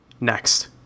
Next